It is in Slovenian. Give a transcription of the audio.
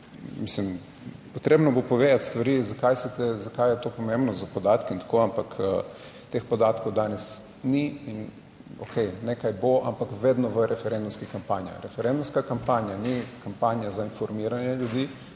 potrebno bo povedati stvari, zakaj se te, zakaj je to pomembno za podatke in tako, ampak teh podatkov danes ni in okej, nekaj bo, ampak vedno v referendumskih kampanjah. Referendumska kampanja ni kampanja za informiranje ljudi,